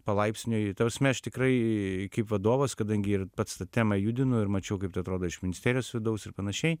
palaipsniui ta prasme aš tikrai vadovas kadangi ir pats tą temą judinu ir mačiau kaip atrodo iš ministerijos vidaus ir panašiai